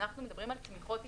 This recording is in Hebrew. אנחנו מדברים על תמיכות הסתגלות,